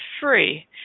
free